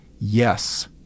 Yes